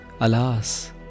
Alas